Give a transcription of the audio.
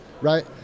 Right